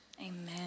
Amen